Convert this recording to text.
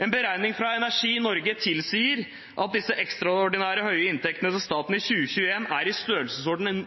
En beregning fra Energi Norge tilsier at disse ekstraordinært høye inntektene til staten i 2021 er i størrelsesorden